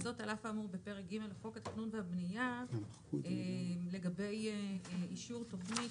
וזאת על אף האמור בפרק ג' לחוק התכנון והבנייה לגבי אישור תוכנית.